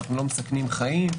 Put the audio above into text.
לא מסכנים חיים.